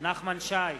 נחמן שי,